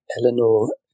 Eleanor